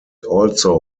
also